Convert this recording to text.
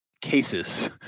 cases